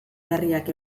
berriak